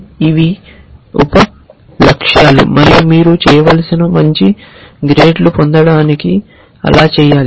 ఇవి ఉప లక్ష్యాలు మరియు మీరు చేయాల్సినవి మంచి గ్రేడ్లు పొందడానికి అలా చేయాలా